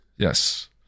Yes